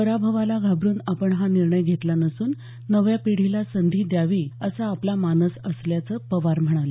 पराभवला घाबरून आपण हा निर्णय घेतला नसून नव्या पिढीला संधी द्यावी असा आपला मानस असल्याचं पवार म्हणाले